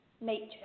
nature